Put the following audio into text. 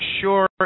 sure